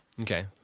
Okay